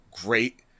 great